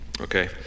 okay